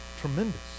tremendous